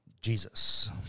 Jesus